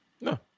No